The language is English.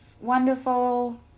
wonderful